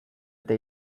eta